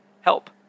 help